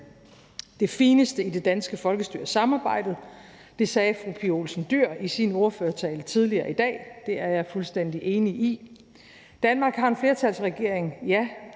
Det fineste i det danske folkestyre er samarbejdet. Det sagde fru Pia Olsen Dyhr i sin ordførertale tidligere i dag, og det er jeg fuldstændig enig i. Danmark har en flertalsregering, ja,